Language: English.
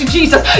Jesus